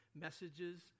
messages